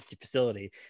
facility